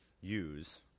use